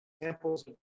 examples